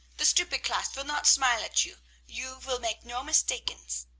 the stupid class vill not smile at you you vill make no mistakens.